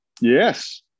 Yes